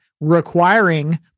requiring